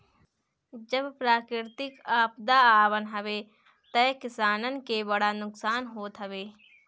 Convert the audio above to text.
जब प्राकृतिक आपदा आवत हवे तअ किसानन के बड़ा नुकसान होत हवे